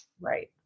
Right